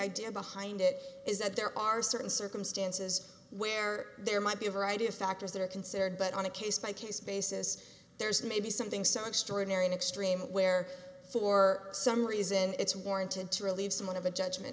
idea behind it is that there are certain circumstances where there might be a variety of factors that are considered but on a case by case basis there's maybe something so extraordinary and extreme where for some reason it's warranted to relieve some of the judgment